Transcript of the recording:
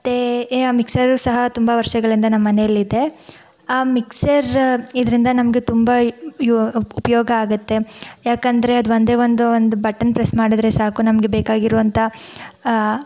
ಮತ್ತು ಎ ಆ ಮಿಕ್ಸರು ಸಹ ತುಂಬ ವರ್ಷಗಳಿಂದ ನಮ್ಮ ಮನೆಯಲ್ಲಿದೆ ಆ ಮಿಕ್ಸರ್ ಇದರಿಂದ ನಮಗೆ ತುಂಬ ಉಪಯೋಗ ಆಗತ್ತೆ ಯಾಕಂದರೆ ಅದು ಒಂದೇ ಒಂದು ಒಂದು ಬಟನ್ ಪ್ರೆಸ್ ಮಾಡಿದರೆ ಸಾಕು ನಮಗೆ ಬೇಕಾಗಿರುವಂಥ